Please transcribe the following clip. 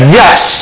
yes